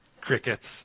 Crickets